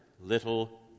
little